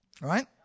right